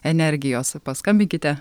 energijos paskambinkite